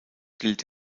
gilt